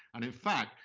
and in fact,